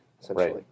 essentially